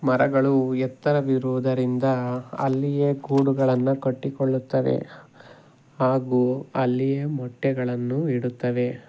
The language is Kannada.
ಮರಗಳು ಎತ್ತರವಿರುವುದರಿಂದ ಅಲ್ಲಿಯೇ ಗೂಡುಗಳನ್ನು ಕಟ್ಟಿಕೊಳ್ಳುತ್ತವೆ ಹಾಗೂ ಅಲ್ಲಿಯೇ ಮೊಟ್ಟೆಗಳನ್ನು ಇಡುತ್ತವೆ